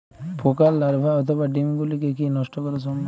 পোকার লার্ভা অথবা ডিম গুলিকে কী নষ্ট করা সম্ভব?